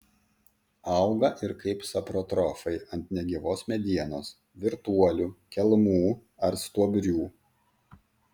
auga ir kaip saprotrofai ant negyvos medienos virtuolių kelmų ar stuobrių